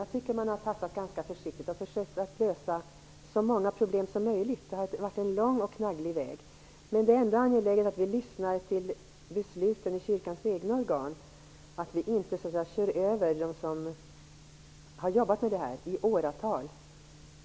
Man har också tassat fram ganska försiktigt och försökt att lösa så många problem som möjligt. Det har varit en lång och knagglig väg. Men det är ändå angeläget att vi lyssnar till besluten i kyrkans egna organ och inte kör över dem som har arbetat med dessa frågor i åratal.